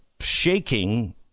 shaking